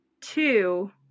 Two